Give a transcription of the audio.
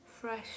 fresh